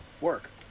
work